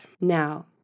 Now